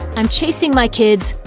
i'm chasing my kids,